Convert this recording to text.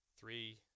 three